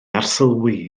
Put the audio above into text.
arsylwi